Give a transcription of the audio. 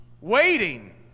waiting